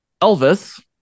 Elvis